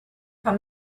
how